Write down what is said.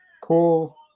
cool